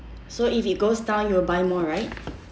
so if it goes down you will buy more right